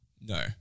No